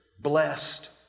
blessed